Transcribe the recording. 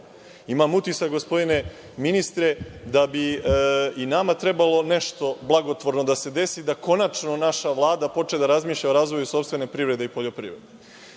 utisak gospodine ministre, da bi i nama trebalo nešto blagotvorno da se desi da konačno naša Vlada počne da razmišlja o razvoju sopstvene privrede i poljoprivrede.